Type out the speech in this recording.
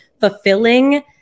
fulfilling